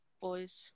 boys